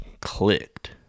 clicked